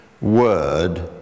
word